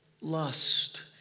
lust